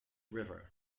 river